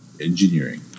engineering